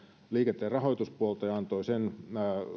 liikenteen rahoituspuolta ja antoi sen